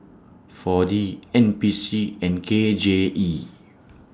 four D N P C and K J E